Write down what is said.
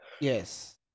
Yes